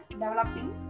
developing